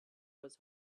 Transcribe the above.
was